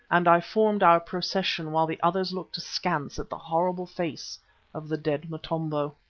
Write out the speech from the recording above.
and i formed our procession while the others looked askance at the horrible face of the dead motombo.